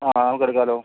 ആ നമുക്കെടുക്കാമല്ലോ